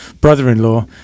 brother-in-law